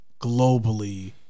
globally